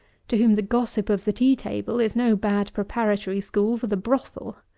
to whom the gossip of the tea-table is no bad preparatory school for the brothel.